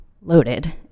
loaded